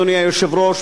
אדוני היושב-ראש,